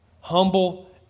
humble